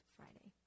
Friday